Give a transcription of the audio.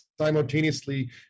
simultaneously